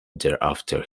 thereafter